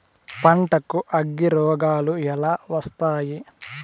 పంటకు అగ్గిరోగాలు ఎలా వస్తాయి?